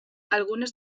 algunes